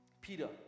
Peter